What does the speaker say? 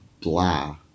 blah